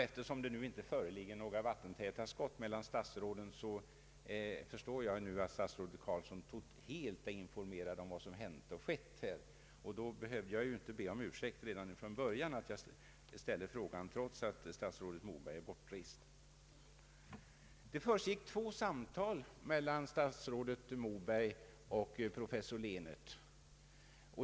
Eftersom det nu inte föreligger några vattentäta skott mellan statsråden förstår jag att statsrådet Carlsson är helt informerad om vad som hände. Således behövde jag inte be om ursäkt redan från början för att jag ställde frågan, trots att statsrådet Moberg är bortrest. Det fördes två samtal mellan statsrådet Moberg och professor Lehnert.